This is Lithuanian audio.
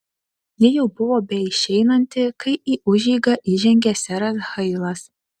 ji jau buvo beišeinanti kai į užeigą įžengė seras hailas